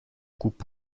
coupe